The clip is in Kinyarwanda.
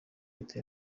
leta